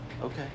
Okay